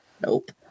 Nope